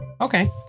Okay